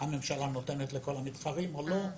אם הממשלה נותנת לכל המתחרים או לא,